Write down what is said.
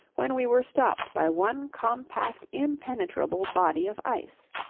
when we were stopt by one compact impenetrable body of ice.